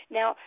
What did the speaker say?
now